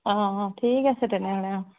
অঁ অঁ ঠিক আছে তেনেহ'লে অহ্